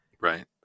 Right